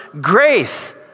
grace